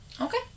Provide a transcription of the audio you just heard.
Okay